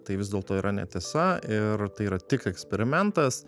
tai vis dėlto yra netiesa ir tai yra tik eksperimentas